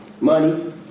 money